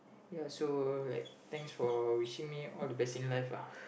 ya so like thanks for wishing me all the best in life lah